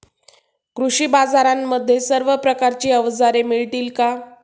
कृषी बाजारांमध्ये सर्व प्रकारची अवजारे मिळतील का?